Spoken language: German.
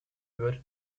wird